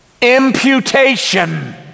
imputation